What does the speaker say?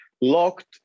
locked